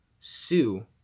sue